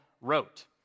wrote